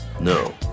No